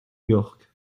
york